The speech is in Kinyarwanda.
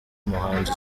muhanzi